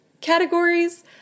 categories